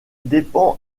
dépend